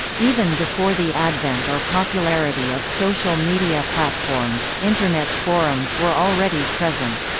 even before the advent or popularity of social media platforms, internet forums were already present.